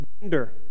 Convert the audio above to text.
gender